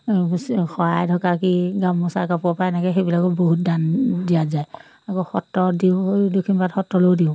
শৰাই ঢকা কি গামোচা কাপোৰ পৰা এনেকৈ সেইবিলাকো বহুত দান দিয়া যায় আকৌ সত্ৰত দিওঁ দক্ষিণপাট সত্ৰলৈও দিওঁ